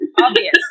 obvious